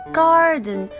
garden